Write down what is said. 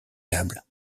table